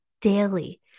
daily